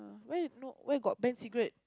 where no where got ban cigarette